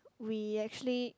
we actually